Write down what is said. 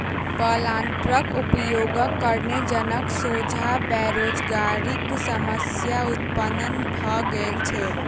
प्लांटरक उपयोगक कारणेँ जनक सोझा बेरोजगारीक समस्या उत्पन्न भ गेल छै